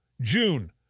June